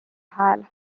hääl